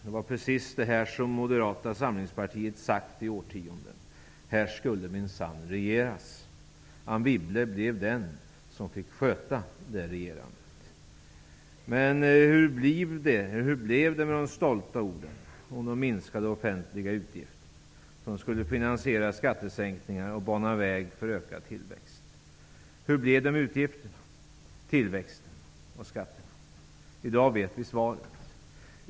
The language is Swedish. Det var precis detta som Moderata samlingspartiet hade sagt i årtionden. Här skulle minsann regeras. Anne Wibble blev den som fick sköta det regerandet. Men hur blev det med de stolta orden om minskade offentliga utgifter som skulle finansiera skattesänkningar och bana väg för ökad tillväxt? Hur blev det med utgifterna, tillväxten och skatterna? I dag vet vi svaret.